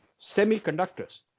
semiconductors